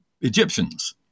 Egyptians